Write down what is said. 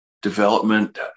development